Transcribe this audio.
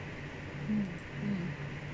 mm mm